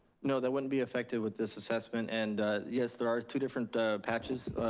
no, that wouldn't be affected with this assessment. and yes, there are two different patches.